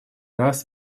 раз